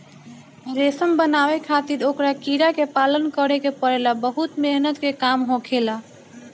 रेशम बनावे खातिर ओकरा कीड़ा के पालन करे के पड़ेला बहुत मेहनत के काम होखेला